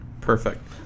Perfect